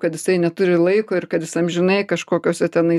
kad jisai neturi laiko ir kad jis amžinai kažkokiose tenais